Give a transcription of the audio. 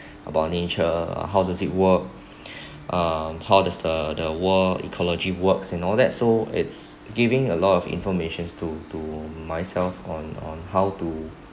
about nature uh how does it work um how does the the world ecology works and all that so it's giving a lot of informations to to myself on on how to